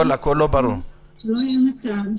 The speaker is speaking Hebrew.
התחושה שלנו היא שבהינתן אומדן שיש מספר מוגבל של עצורים